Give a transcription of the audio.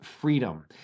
Freedom